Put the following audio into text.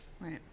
Right